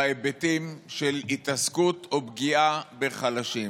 בהיבטים של התעסקות או פגיעה בחלשים.